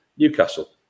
Newcastle